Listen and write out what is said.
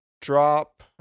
drop